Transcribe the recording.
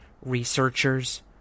researchers